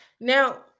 Now